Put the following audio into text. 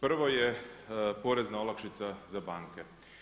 Prvo je porezna olakšica za banke.